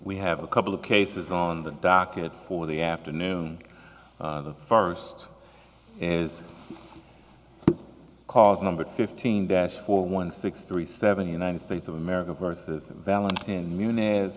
we have a couple of cases on the docket for the afternoon the first is cause number fifteen that's four one six three seven united states of america versus valentyn mun